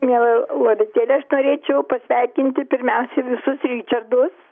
miela loretėle aš norėčiau pasveikinti pirmiausiai visus ričardus